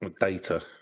Data